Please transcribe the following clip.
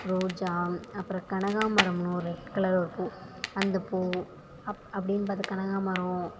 ரோஜா அப்புறம் கனகாமரம்னு ஒரு ரெட் கலரில் ஒரு பூ அந்த பூ அப்படின்னு பார்த்து கனகாமரம்